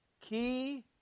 key